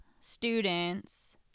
students –